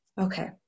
Okay